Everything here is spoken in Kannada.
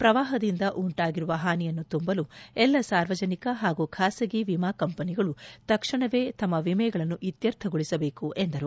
ಪ್ರವಾಹದಿಂದ ಉಂಟಾಗಿರುವ ಹಾನಿಯನ್ನು ತುಂಬಲು ಎಲ್ಲ ಸಾರ್ವಜನಿಕ ಹಾಗೂ ಖಾಸಗಿ ವಿಮಾ ಕಂಪನಿಗಳು ತಕ್ಷಣವೇ ತಮ್ಮ ವಿಮೆಗಳನ್ನು ಇತ್ಯರ್ಥಗೊಳಿಸಬೇಕು ಎಂದರು